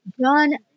John